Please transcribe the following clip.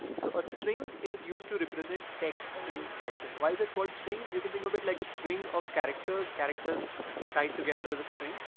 so a string is used to represent text in python. why is it called string? you can think of it like a string of characters, characters tied together with a string.